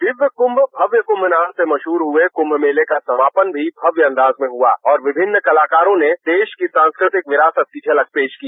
अर्घ कुम भव्यकुम नहान के मशहूर हुए कुम मेले का समापन भी भव्य अंदाज में हुआ और विभिन्न कलाकारोंने देश की सांस्कृतिक विरासत की झलक पेरा की